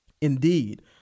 Indeed